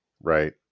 Right